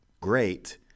great